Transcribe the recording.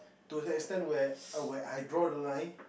to the extend where I where I draw the line